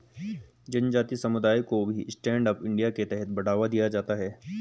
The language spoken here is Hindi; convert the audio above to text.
जनजाति समुदायों को भी स्टैण्ड अप इंडिया के तहत बढ़ावा दिया जाता है